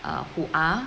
err who are